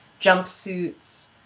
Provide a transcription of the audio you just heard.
jumpsuits